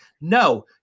no